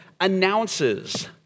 announces